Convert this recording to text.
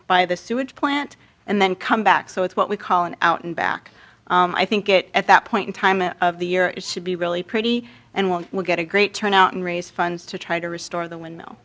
by the sewage plant and then come back so it's what we call an out and back i think it at that point in time of the year it should be really pretty and we will get a great turnout and raise funds to try to restore the wind